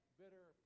bitter